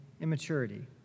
immaturity